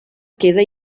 queda